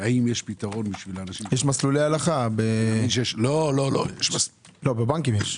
יש מסלולי הלכה בבנקים.